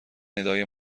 ندای